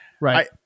Right